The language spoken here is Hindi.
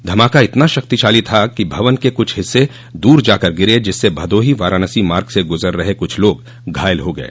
धमाका इतना शक्तिशाली था कि भवन के कुछ हिस्से दूर जाकर गिरे जिससे भदोही वाराणसी मार्ग से गूजर रहे कुछ लोग घायल हो गये